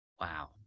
Wow